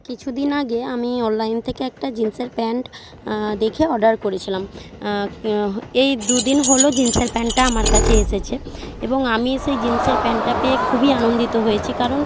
কিছু দিন আগে আমি অনলাইন থেকে একটা জিনসের প্যান্ট দেখে অর্ডার করেছিলাম হ্ এই দু দিন হলো জিনসের প্যান্টটা আমার কাছে এসেছে এবং আমি সেই জিনসের প্যান্টটা পেয়ে খুবই আনন্দিত হয়েছি কারণ